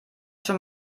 schon